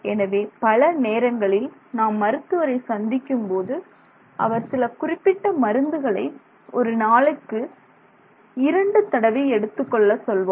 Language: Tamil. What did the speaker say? எனவே பல நேரங்களில் நாம் மருத்துவரை சந்திக்கும்போது அவர் சில குறிப்பிட்ட மருந்துகளை ஒரு நாளுக்கு இரண்டு தடவை எடுத்துக்கொள்ள சொல்வார்